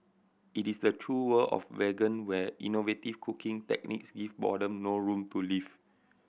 it is the true world of vegan where innovative cooking techniques give boredom no room to live